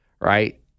right